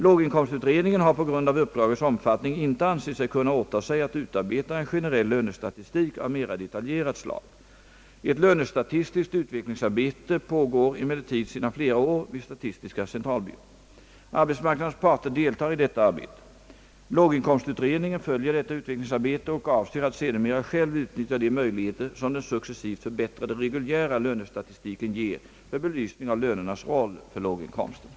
Låginkomstutredningen har på grund av uppdragets omfattning inte ansett sig kunna åta sig att utarbeta en generell lönestatistik av mera detaljerat slag. Ett lönestatistiskt utvecklingsarbete pågår emellertid sedan flera år vid statistiska centralbyrån. Arbetsmarknadens partier deltar i detta arbete. Låginkomstutredningen följer detta utveckingsarbete och avser att sedermera själv utnyttja de möjligheter som den successivt förbättrade reguljära lönestatistiken ger för belysning av lönernas roll för låginkomsterna.